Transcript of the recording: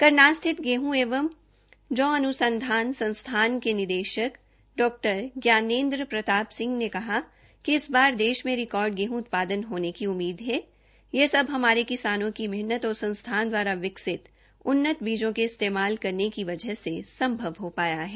करनाल स्थित गेहूं एवं जौ अनुसंधान संस्थान के निदेशक डॉ ज्ञानेंद्र प्रताप सिंह ने कहा की इस बार देश में रिकॉर्ड गेहूं उत्पादन होने की उम्मीद है यह सब हमारे किसानों की मेहनत और संस्थान द्वारा विकसित उन्नत बीजों को इस्तेमाल करने की वजह से सम्भव हो पाया है